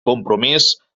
compromís